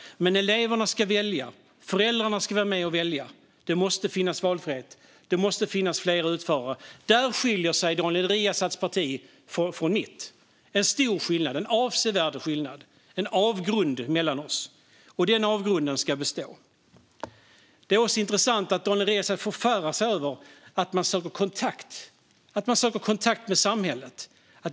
Men eleverna och föräldrarna ska vara med och välja. Det måste finnas valfrihet och fler utförare. Där skiljer sig Daniel Riazats parti från mitt. Det är en stor, en avsevärd, skillnad. Det är en avgrund mellan oss. Den avgrunden ska bestå. Det är också intressant att Daniel Riazat förfäras över att man söker kontakt med samhället.